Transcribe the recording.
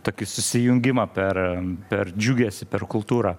tokį susijungimą per per džiugesį per kultūrą